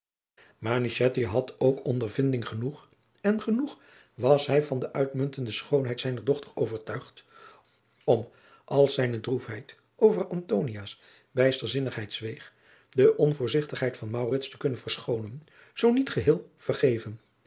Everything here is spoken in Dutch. had ook ondervinding genoeg en genoeg was hij van de uitmuntende schoonheid zijner dochter overtuigd om als zijne droefheid over antonia's bijsterzinnigheid zweeg de onvoorzigtigheid van maurits te kunnen verschoonen zoo niet geheel vergeven